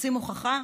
רוצים הוכחה?